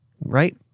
right